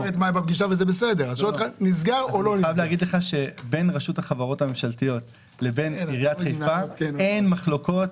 בין רשות החברות הממשלתיות לבין עיריית חיפה אין מחלוקות,